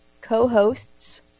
co-hosts